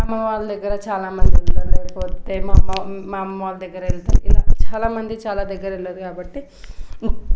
అమ్మ వాళ్ళ దగ్గర చాలా మంది ఉండలేకపోతే మామ్మ మా అమ్మ వాళ్ళ దగరెళ్తే ఇలా చాలామంది చాలా దగ్గరెళ్ళదు కాబట్టి